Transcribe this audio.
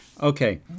Okay